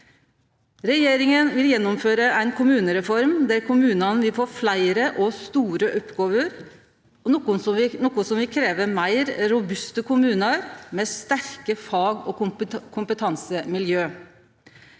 Regjeringa vil gjennomføre ei kommunereform der kommunane vil få fleire og store oppgåver, noko som vil krevje meir robuste kommunar, med sterke fag- og kompetansemiljø.